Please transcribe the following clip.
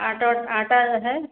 आटा उ आटा है